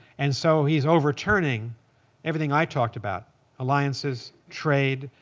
and so he's overturning everything i talked about alliances, trade,